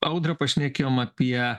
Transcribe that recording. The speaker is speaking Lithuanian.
audrą pašnekėjom apie